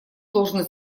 должен